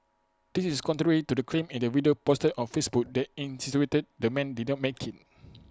this is contrary to the claim in the video posted on Facebook that insinuated the man did not make IT